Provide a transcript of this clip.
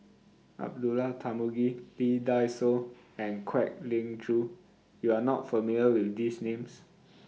Abdullah Tarmugi Lee Dai Soh and Kwek Leng Joo YOU Are not familiar with These Names